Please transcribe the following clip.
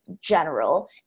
general